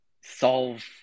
solve